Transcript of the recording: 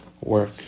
work